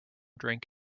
drink